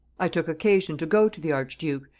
i took occasion to go to the archduke,